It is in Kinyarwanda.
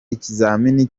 ikizami